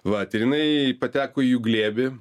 vat ir jinai pateko į jų glėbį